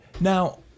Now